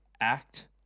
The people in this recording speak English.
act